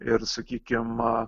ir sakykim